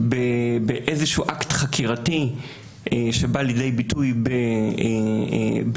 באיזשהו אקט חקירתי שבא לידי ביטוי בנתיחה,